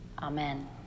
amen